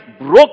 broke